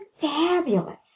fabulous